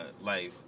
life